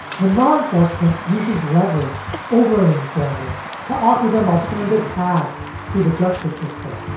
when law enforcement uses leverage over an informant to offer them alternative paths through the justice system.